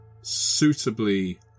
suitably